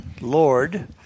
Lord